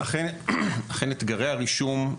אכן אתגרי הרישום,